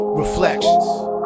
Reflections